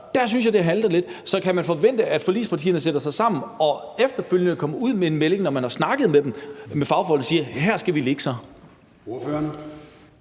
der synes jeg, at det halter lidt. Så kan man forvente, at forligspartierne sætter sig sammen og efterfølgende kommer med en melding, når man har snakket med fagfolkene, der siger: Her skal vi lægge os?